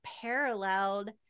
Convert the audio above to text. paralleled